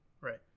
Right